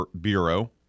Bureau